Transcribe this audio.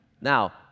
Now